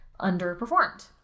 underperformed